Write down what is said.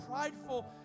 prideful